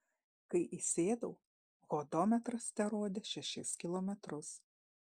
kai įsėdau hodometras terodė šešis kilometrus